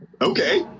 okay